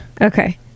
Okay